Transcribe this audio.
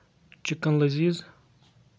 chicken لٔزیٖز